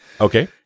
Okay